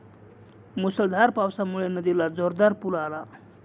मुसळधार पावसामुळे नदीला जोरदार पूर आला